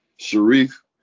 Sharif